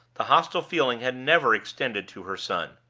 the hostile feeling had never extended to her son.